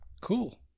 Cool